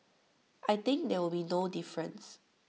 I think there will be no difference